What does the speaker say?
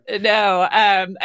No